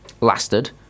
lasted